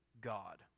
God